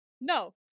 No